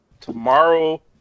tomorrow